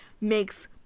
makes